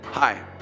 Hi